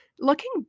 looking